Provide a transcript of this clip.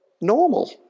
normal